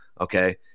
okay